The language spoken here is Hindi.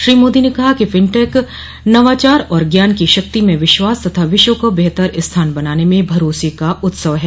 श्री मोदी ने कहा कि फिनटेक नवाचार और ज्ञान की शक्ति में विश्वास तथा विश्व को बेहतर स्थान बनाने में भरोसे का उत्सव है